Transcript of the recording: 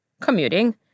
commuting